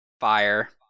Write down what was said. fire